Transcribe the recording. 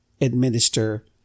administer